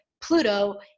Pluto